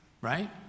Right